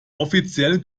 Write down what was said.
offiziell